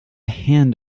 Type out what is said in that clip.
hand